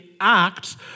Acts